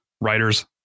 writers